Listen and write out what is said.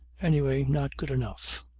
anyway not good enough.